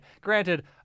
Granted